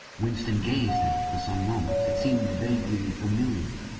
winston gazed at it for some moments. it seemed vaguely familiar,